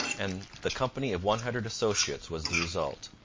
and the company of one hundred associates was the result.